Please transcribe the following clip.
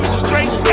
straight